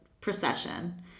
procession